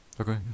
Okay